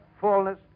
fullness